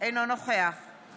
טוב